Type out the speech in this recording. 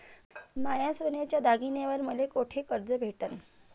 माया सोन्याच्या दागिन्यांइवर मले कुठे कर्ज भेटन?